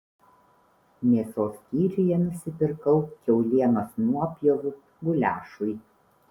mėsos skyriuje nusipirkau kiaulienos nuopjovų guliašui